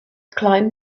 climbed